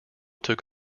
took